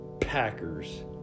Packers